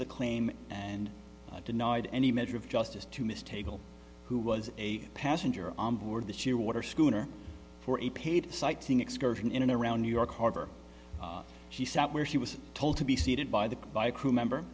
the claim and denied any measure of justice to miss table who was a passenger on board this year water schooner for a paid sightseeing excursion in and around new york harbor she sat where she was told to be seated by the by a crew member